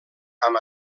amb